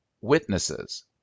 witnesses